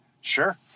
Sure